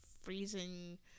freezing